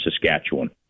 Saskatchewan